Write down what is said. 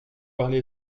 parlez